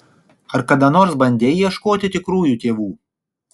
ar kada nors bandei ieškoti tikrųjų tėvų